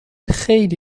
خیلی